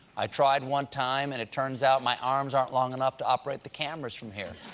i tried one time, and it turns out my arms aren't long enough to operate the cameras from here.